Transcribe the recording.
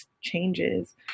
changes